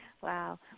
Wow